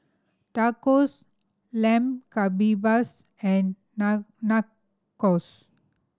Tacos Lamb Kebabs and Nachos